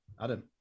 Adam